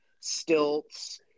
stilts